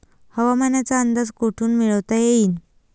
हवामानाचा अंदाज कोठून मिळवता येईन?